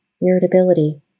irritability